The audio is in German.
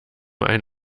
ein